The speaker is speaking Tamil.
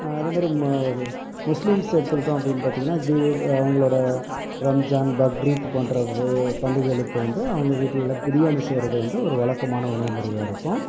அதே மாதிரி ம முஸ்லீம்ஸ் எடுத்துகிட்டோம் அப்படினு பார்த்தீங்கனா தீப அவர்களோட ரம்ஜான் பக்ரீத் போன்ற பண்டிகைகளுக்கு வந்து அவங்க வீட்டில் பிரியாணி செய்வது வந்து ஒரு வழக்கமான ஒரு உணவு முறையாக இருக்கும்